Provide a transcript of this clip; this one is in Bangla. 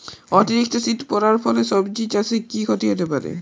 অতিরিক্ত শীত পরার ফলে সবজি চাষে কি ক্ষতি হতে পারে?